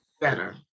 better